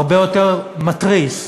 הרבה יותר מתריס.